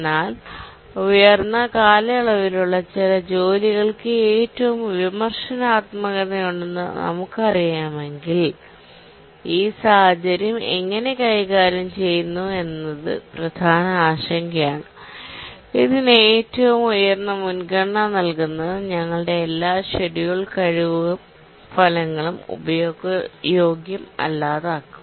എന്നാൽ ഉയർന്ന കാലയളവിലുള്ള ചില ജോലികൾക്ക് ഏറ്റവും വിമർശനാത്മകതയുണ്ടെന്ന് നമുക്കറിയാമെങ്കിൽ ഈ സാഹചര്യം എങ്ങനെ കൈകാര്യം ചെയ്യുന്നുവെന്നത് പ്രധാന ആശങ്കയാണ് ഇതിന് ഏറ്റവും ഉയർന്ന മുൻഗണന നൽകുന്നത് ഞങ്ങളുടെ എല്ലാ ഷെഡ്യൂൾ കഴിവ് ഫലങ്ങളും ഉപയോഗയോഗ്യമല്ലാതാക്കും